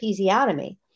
episiotomy